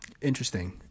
interesting